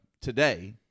today